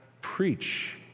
preach